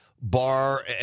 bar